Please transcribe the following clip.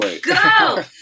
go